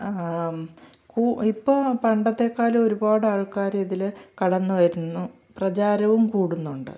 ഇപ്പോൾ പണ്ടത്തെക്കാളും ഒരുപാട് ആൾക്കാർ ഇതിൽ കടന്ന് വരുന്നു പ്രചാരവും കൂടുന്നുണ്ട്